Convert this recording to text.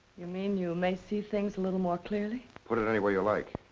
you mean you may see things a little more clearly? put it any way you like.